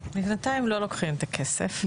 בינתיים לא לוקחים את הכסף,